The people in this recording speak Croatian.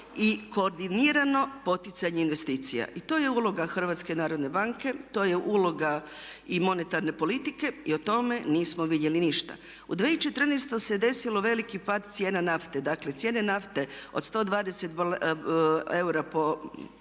i koordinirano poticanje investicija. I to je uloga HNB-a, to je uloga i monetarne politike i o tome nismo vidjeli ništa. U 2014. se desio veliki pad cijena nafte. Dakle, cijene nafte od 120 dolara po